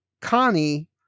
connie